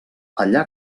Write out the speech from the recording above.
allà